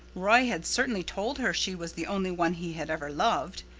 roy had certainly told her she was the only one he had ever loved.